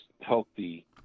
healthy